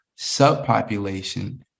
subpopulation